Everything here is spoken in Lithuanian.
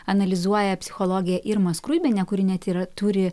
analizuoja psichologė irma skruibienė kuri net ir turi